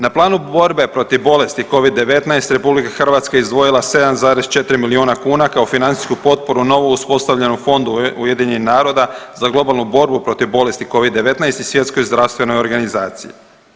Na planu borbe protiv bolesti Covid-19 RH je izdvojila 7,4 miliona kuna kao financijsku potporu novo uspostavljenom fondu UN-a za globalnu borbu protiv bolesti Covid-19 i Svjetskoj zdravstvenoj organizaciji.